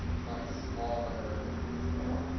my smaller well,